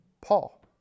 Paul